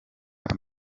andi